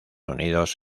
unidos